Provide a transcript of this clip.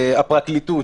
הפרקליטות